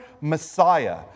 Messiah